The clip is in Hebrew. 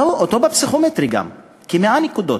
אותו פער בפסיכומטרי גם, כ-100 נקודות.